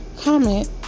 comment